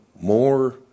more